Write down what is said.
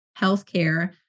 healthcare